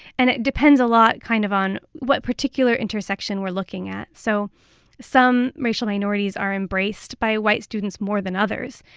and it depends a lot kind of on what particular intersection we're looking at. so some racial minorities are embraced by white students more than others.